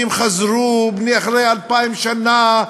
היהודים חזרו אחרי אלפיים שנה,